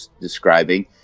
describing